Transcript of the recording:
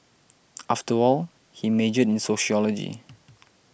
after all he majored in sociology